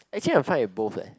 actually I fine with both leh